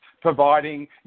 providing